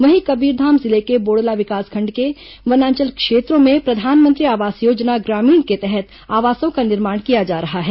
वहीं कबीरधाम जिले के बोड़ला विकासखंड के वनांचल क्षेत्रों में प्रधानमंत्री आवास योजना ग्रामीण के तहत आवासों का निर्माण किया जा रहा है